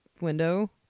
window